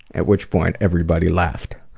at which point everybody laughed.